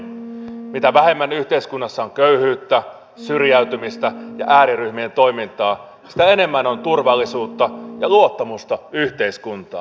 mitä vähemmän yhteiskunnassa on köyhyyttä syrjäytymistä ja ääriryhmien toimintaa sitä enemmän on turvallisuutta ja luottamusta yhteiskuntaan